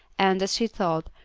and, as she thought,